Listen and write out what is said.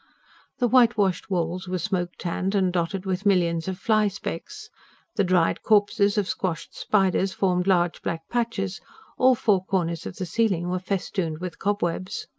the whitewashed walls were smoke-tanned and dotted with millions of fly-specks the dried corpses of squashed spiders formed large black patches all four corners of the ceiling were festooned with cobwebs.